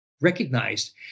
recognized